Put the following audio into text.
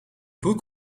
broek